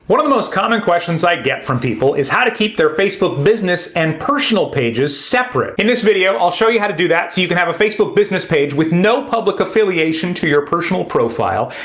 one of the most common questions i get from people is about how to keep their facebook business and personal pages separate. in this video i'll show you how to do that so you can have a facebook business page with no public affiliation to your personal profile,